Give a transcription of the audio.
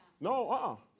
No